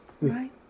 right